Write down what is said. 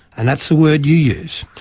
and that's the word you use,